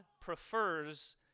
prefers